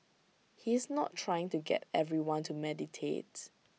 he is not trying to get everyone to meditates